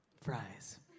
Fries